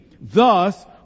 Thus